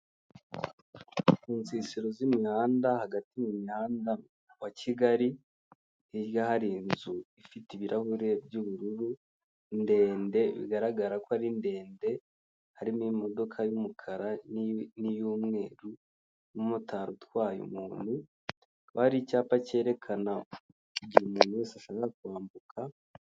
Mu nsisiro z'imihanda, hagati mu muhanda wa Kigali, hirya hari inzu ifite ibirahure by'ubururu, ndende bigaragara ko ari ndende, harimo imodoka y'umukara n'iy'umweru n'umumotari utwaye umuntu, hakaba hari icyapa cyerekana igihe umuntu wese ashobora kwambuka